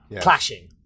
clashing